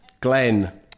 Glenn